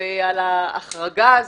ועל ההחרגה הזו.